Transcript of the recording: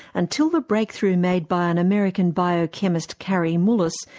until the breakthrough made by an american biochemist, kary mullis,